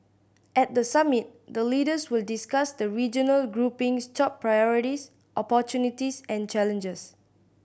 at the summit the leaders will discuss the regional grouping's top priorities opportunities and challenges